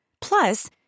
Plus